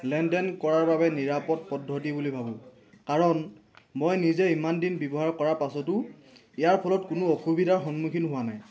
লেনদেন কৰাৰ বাবে নিৰাপদ পদ্ধতি বুলি ভাবোঁ কাৰণ মই নিজে ইমান দিন ব্যৱহাৰ কৰা পাছতো ইয়াৰ ফলত কোনো অসুবিধাৰ সন্মুখীন হোৱা নাই